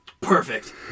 Perfect